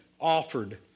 offered